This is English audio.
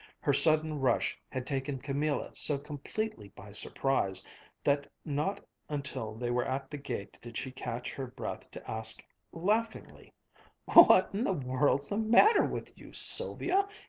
her sudden rush had taken camilla so completely by surprise that not until they were at the gate did she catch her breath to ask laughingly what in the world's the matter with you, sylvia?